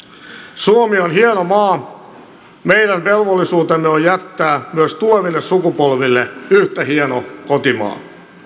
suomi on hieno maa meidän velvollisuutemme on jättää myös tuleville sukupolville yhtä hieno kotimaa